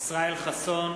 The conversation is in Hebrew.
לך מותר,